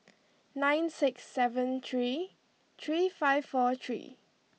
nine six seven three three five four three